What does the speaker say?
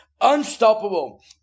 Unstoppable